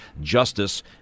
justice